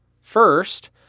First